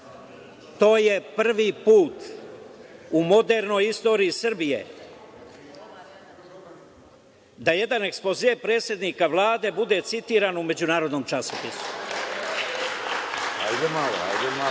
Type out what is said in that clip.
To je prvi put u modernoj istoriji Srbije da jedan ekspoze predsednika vlade bude citiran u međunarodnom časopisu. Na